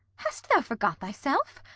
hast thou forgot thyself?